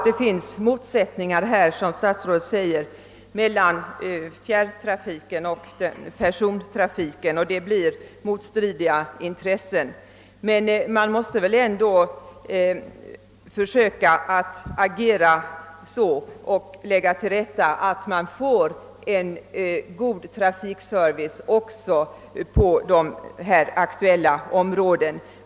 Det finns naturligtvis, som statsrådet framhöll, motsättningar mellan fjärrtrafiken och närtrafiken, men man måste ändå försöka se till att man får en god trafikservice också in om de aktuella områdena.